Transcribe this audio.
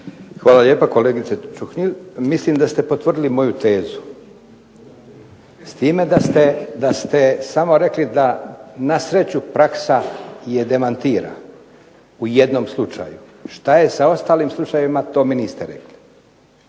Hvala lijepa kolegice Čuhnil. Mislim da ste potvrdili moju tezu s time da ste rekli da praksa je demantira u jednom slučaju, što je sa ostalim slučajevima to mi niste rekli,